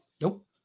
Nope